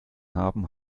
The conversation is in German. haben